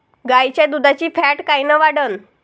गाईच्या दुधाची फॅट कायन वाढन?